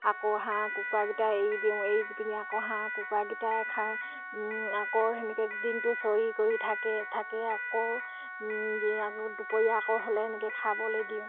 আকৌ হাঁহ কুকুৰাকেইটা এৰি দিওঁ এৰি দি পিনে আকৌ হাঁহ কুকুৰাকেইটাক আকৌ সেনেকৈ দিনতো চৰি কৰি থাকে থাকি আকৌ দুপৰীয়া আকৌ হ'লে আকৌ খাবলৈ দিওঁ